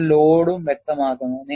നിങ്ങൾ ലോഡും വ്യക്തമാക്കുന്നു